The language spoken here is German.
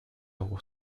hoch